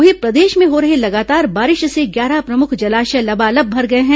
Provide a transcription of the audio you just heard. वहीं प्रदेश में हो रही लगातार बारिश से ग्यारह प्रमुख जलाशय लबालब भर गए हैं